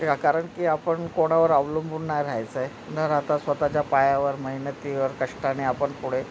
एक कारण की आपण कोणावर अवलंबून नाही रहायचं आहे न राहता स्वतःच्या पायावर मेहनतीवर कष्टाने आपण पुढे